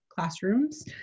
classrooms